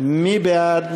מי בעד?